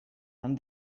and